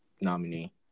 nominee